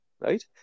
Right